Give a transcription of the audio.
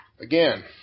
Again